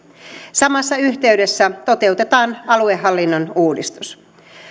samassa yhteydessä toteutetaan aluehallinnon uudistus